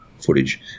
footage